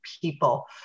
people